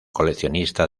coleccionista